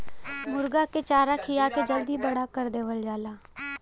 मुरगा के चारा खिया के जल्दी बड़ा कर देवल जाला